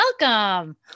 Welcome